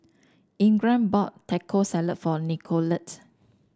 Ingram bought Taco Salad for Nicolette